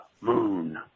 moon